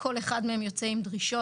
כל אחד מהם יוצא עם דרישות.